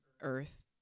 Earth